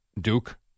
Duke